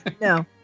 No